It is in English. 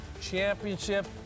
Championship